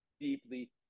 deeply